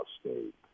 State